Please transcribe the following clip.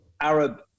Arab